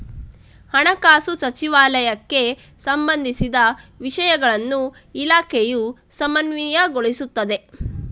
ಹಣಕಾಸು ಸಚಿವಾಲಯಕ್ಕೆ ಸಂಬಂಧಿಸಿದ ವಿಷಯಗಳನ್ನು ಇಲಾಖೆಯು ಸಮನ್ವಯಗೊಳಿಸುತ್ತಿದೆ